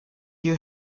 you